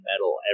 metal